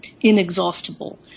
inexhaustible